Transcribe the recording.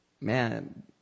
Man